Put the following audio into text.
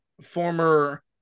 former